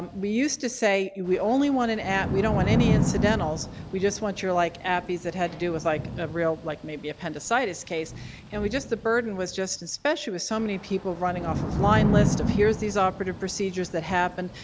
um we use to say we only want an we don't want any incidentals, we just want your like, appys that had to do with like a real like maybe appendicitis case and we just the burden was just especially with so many people running off of line list, of here's these operative procedures that happened,